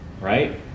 right